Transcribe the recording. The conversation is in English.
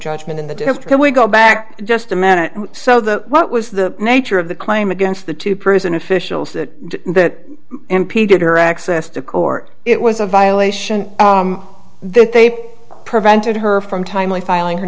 judgment in the district we go back just a minute so the what was the nature of the crime against the two prison officials that that impeded her access to court it was a violation that they prevented her from timely filing her